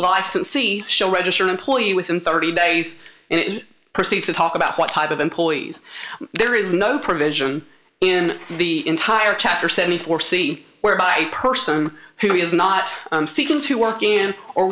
licensee show register an employee within thirty days and proceed to talk about what type of employees there is no provision in the entire chapter seventy four c whereby person who is not seeking to work in or